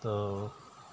ত'